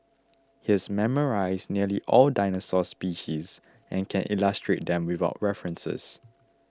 he's memorised nearly all dinosaur species and can illustrate them without references